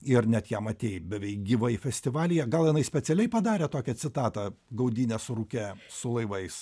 ir net ją matei beveik gyvai festivalyje gal jinai specialiai padarė tokią citatą gaudynės rūke su laivais